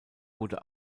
wurde